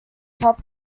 pup